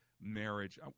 marriage